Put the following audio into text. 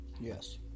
Yes